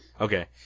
Okay